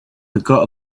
forgot